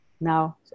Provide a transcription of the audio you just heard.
Now